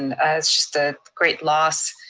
and it's just a great loss